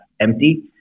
empty